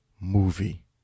movie